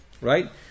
Right